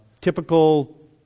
typical